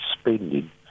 spending